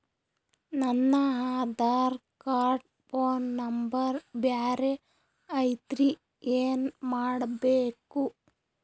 ನನ Aadhaar card phone number ಬ್ಯಾರೆ ಐತ್ರಿ ಏನ ಮಾಡಬೇಕು?